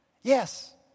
Yes